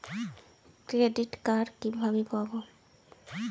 Credit card কিভাবে পাব?